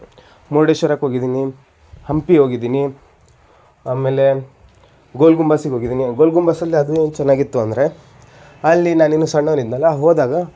ಮುರ್ಡೇಶ್ವರಕ್ಕೆ ಹೋಗಿದ್ದೀನಿ ಹಂಪಿಗೆ ಹೋಗಿದ್ದೀನಿ ಆಮೇಲೆ ಗೋಲ್ ಗುಂಬಸಿಗೆ ಹೋಗಿದ್ದೀನಿ ಗೋಲ್ ಗುಂಬಸಲ್ಲಿ ಅದೂ ಏನು ಚೆನ್ನಾಗಿತ್ತು ಅಂದರೆ ಅಲ್ಲಿ ನಾನಿನ್ನೂ ಸಣ್ಣವ್ನಿದ್ನಲ್ಲ ಹೋದಾಗ